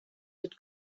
had